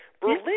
Berlin